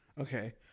Okay